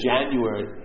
January